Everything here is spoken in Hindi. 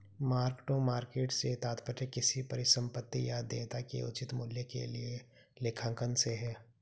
मार्क टू मार्केट से तात्पर्य किसी परिसंपत्ति या देयता के उचित मूल्य के लिए लेखांकन से है